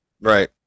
Right